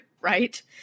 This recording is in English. right